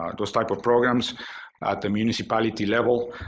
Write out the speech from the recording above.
um those type of programs at the municipality level.